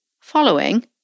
following